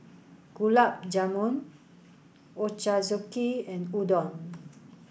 Gulab Jamun Ochazuke and Udon